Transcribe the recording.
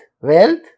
wealth